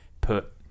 put